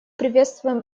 приветствуем